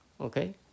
Okay